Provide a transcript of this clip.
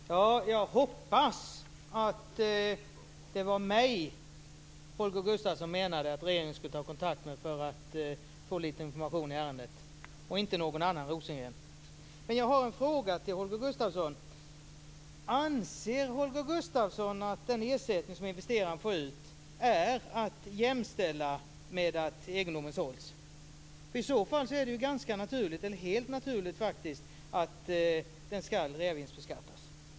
Fru talman! Jag hoppas att det var mig Holger Gustafsson menade att regeringen skulle ta kontakt med för att få lite information i ärendet och inte någon annan Rosengren. Holger Gustafsson att den ersättning som investeraren får ut är att jämställa med att egendomen sålts? I så fall är det ju faktiskt helt naturligt att den skall reavinstbeskattas.